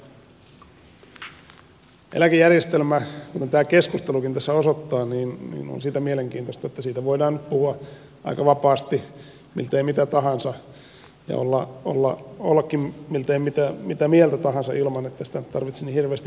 eläkejärjestelmä kuten tämä keskustelukin tässä osoittaa on siitä mielenkiintoista että siitä voidaan puhua aika vapaasti miltei mitä tahansa ja voidaan ollakin miltei mitä mieltä tahansa ilman että sitä tarvitsee niin hirveästi perustella